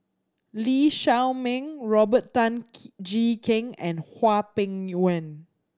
Lee Shao Meng Robert Tan Jee Keng and Hwang Peng Yuan